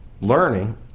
learning